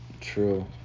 True